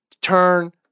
turn